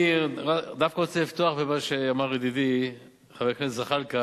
אני דווקא רוצה לפתוח במה שאמר ידידי חבר הכנסת זחאלקה